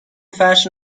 فرش